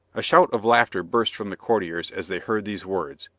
a shout of laughter burst from the courtiers as they heard these words,